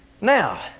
Now